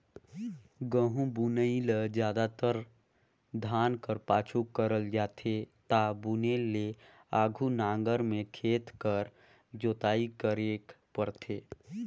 गहूँ बुनई ल जादातर धान कर पाछू करल जाथे ता बुने ले आघु नांगर में खेत कर जोताई करेक परथे